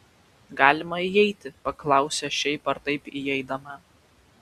galima įeiti paklausė šiaip ar taip įeidama